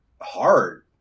hard